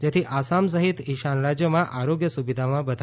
જેથી આસામ સહિત ઇશાન રાજયોમાં આરોગ્ય સુવિધામાં વધારો થશે